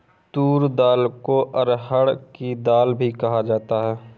तूर दाल को अरहड़ की दाल भी कहा जाता है